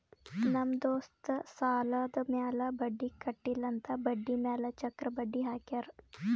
ನಮ್ ದೋಸ್ತ್ ಸಾಲಾದ್ ಮ್ಯಾಲ ಬಡ್ಡಿ ಕಟ್ಟಿಲ್ಲ ಅಂತ್ ಬಡ್ಡಿ ಮ್ಯಾಲ ಚಕ್ರ ಬಡ್ಡಿ ಹಾಕ್ಯಾರ್